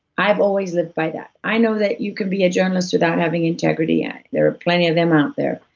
i've always lived by that. i know that you can be a journalist without having integrity, and there are plenty of them out there,